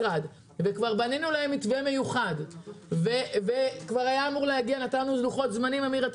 כבר בנינו להם מתווה מיוחד וכבר קבענו לוחות זמנים אמיר הלוי,